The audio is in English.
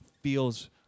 feels